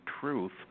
truth